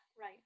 Right